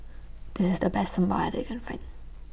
This IS The Best Sambar I that Can Find